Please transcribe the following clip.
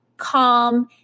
calm